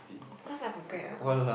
of course I forget lah